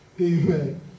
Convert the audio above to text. Amen